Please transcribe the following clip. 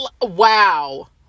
wow